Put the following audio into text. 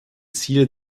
ziele